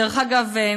דרך אגב,